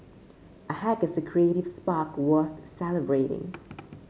a hack is a creative spark worth celebrating